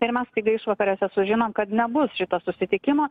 ir mes staiga išvakarėse sužinom kad nebus šito susitikimo